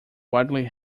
widely